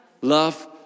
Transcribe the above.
Love